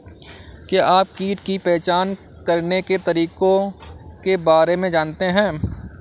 क्या आप कीट की पहचान करने के तरीकों के बारे में जानते हैं?